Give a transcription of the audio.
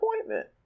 appointment